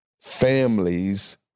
families